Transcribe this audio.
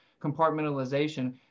Compartmentalization